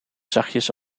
zachtjes